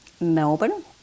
Melbourne